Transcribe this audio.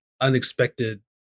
unexpected